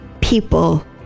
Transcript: people